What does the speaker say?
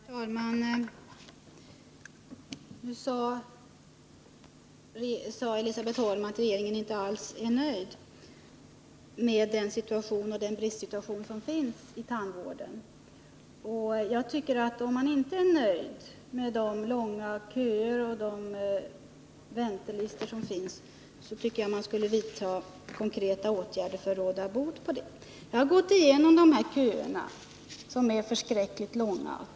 Herr talman! Nu sade Elisabet Holm att regeringen inte alls är nöjd med den bristsituation som råder inom tandvården. Om man inte är nöjd med de långa köerna och väntelistorna, tycker jag att man skall vidta konkreta åtgärder för att råda bot på dessa förhållanden. Jag har gått igenom läget beträffande köerna, som är förskräckligt långa.